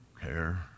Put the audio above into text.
care